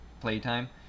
playtime